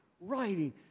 writing